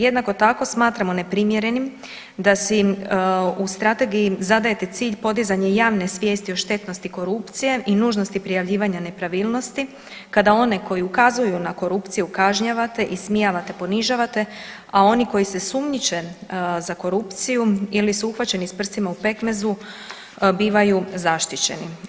Jednako tako smatramo neprimjerenim da si u strategiji zadajete cilj podizanje javne svijesti o štetnosti korupcije i nužnosti prijavljivanja nepravilnosti kada one koji ukazuju na korupciju kažnjavate, ismijavate, ponižavate, a oni koji su sumnjiče za korupciju ili su uhvaćeni s prstima u pekmezu bivaju zaštićeni.